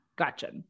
Gotcha